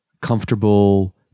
comfortable